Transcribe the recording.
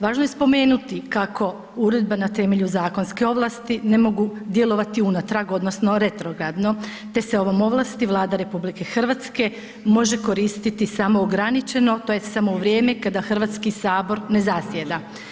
Važno je spomenuti kako uredba na temelju zakonske ovlasti ne mogu djelovati unatrag, odnosno retrogradno te se ovom ovlasti Vlada RH može koristiti samo ograničeno, tj. samo u vrijeme kada HS ne zasjeda.